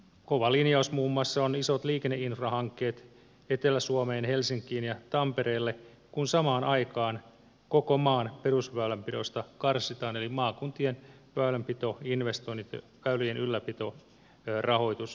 kova linjaus on muun muassa isot liikenneinfrahankkeet etelä suomeen helsinkiin ja tampereelle kun samaan aikaan koko maan perusväylänpidosta karsitaan eli maakuntien väylänpitoinvestointeja ja väylien ylläpitorahoitusta karsitaan